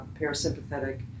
parasympathetic